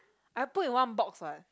I put in one box what